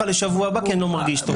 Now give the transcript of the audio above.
את הפגישה לשבוע הבא כי הוא לא מרגיש טוב.